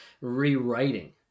rewriting